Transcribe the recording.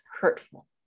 hurtful